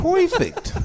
Perfect